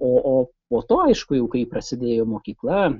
o o po to aišku jau kai prasidėjo mokykla